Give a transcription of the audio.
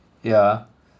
yeah